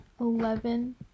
Eleven